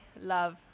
love